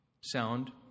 sound